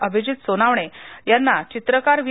अभिजित सोनावणे यांना चित्रकार व्ही